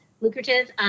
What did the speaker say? lucrative